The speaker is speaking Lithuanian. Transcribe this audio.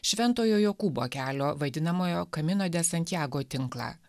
šventojo jokūbo kelio vadinamojo kamino de santiago tinklą